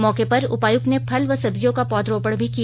मौके पर उपायुक्त ने फल व सब्जियों का पौधरोपण भी किया